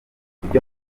ibyo